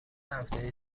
هفته